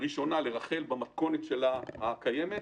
ראשונה לרח"ל, במתכונת הקיימת.